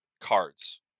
cards